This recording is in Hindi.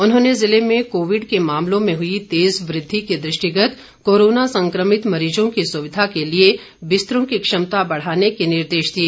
उन्होंने जिले में कोविड के मामलों में हुई तेज वृद्धि के दृष्टिगत कोरोना संक्रमित मरीजों की सुविधा के लिए बिस्तरों की क्षमता बढ़ाने के निर्देश दिए